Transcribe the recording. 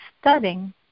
studying